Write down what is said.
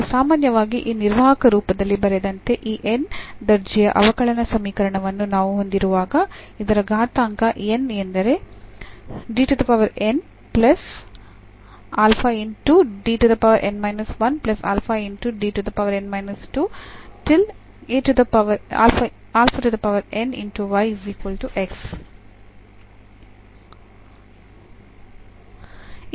ಸಾಮಾನ್ಯವಾಗಿ ಈ ನಿರ್ವಾಹಕ ರೂಪದಲ್ಲಿ ಬರೆದಂತೆ ಈ n ನೇ ದರ್ಜೆಯ ಅವಕಲನ ಸಮೀಕರಣವನ್ನು ನಾವು ಹೊಂದಿರುವಾಗ ಇದರ ಘಾತಾಂಕ n ಎಂದರೆ